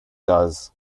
does